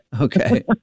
Okay